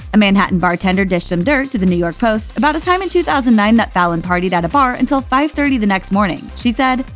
a manhattan bartender dished some dirt to the new york post about a time in two thousand and nine that fallon partied at a bar until five thirty the next morning. she said,